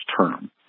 term